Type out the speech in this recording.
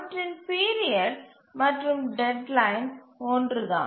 அவற்றின் பீரியட் மற்றும் டெட்லைன் ஒன்றுதான்